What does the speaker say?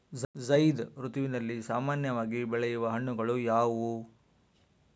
ಝೈಧ್ ಋತುವಿನಲ್ಲಿ ಸಾಮಾನ್ಯವಾಗಿ ಬೆಳೆಯುವ ಹಣ್ಣುಗಳು ಯಾವುವು?